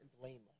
blameless